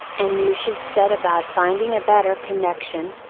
and you should set about finding a better connection,